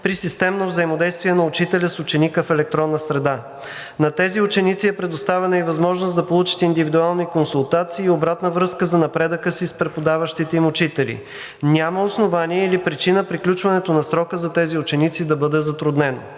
при системно взаимодействие на учителя с ученика в електронна среда. На тези ученици е предоставена и възможност да получат индивидуални консултации и обратна връзка за напредъка си с преподаващите им учители. Няма основание или причина приключването на срока за тези ученици да бъде затруднено.